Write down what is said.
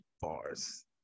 Bars